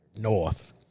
north